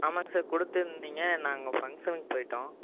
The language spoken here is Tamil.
ஆமாங்க சார் கொடுத்திருந்தீங்க நாங்கள் ஃபங்க்ஷனுக்குப் போயிட்டோம்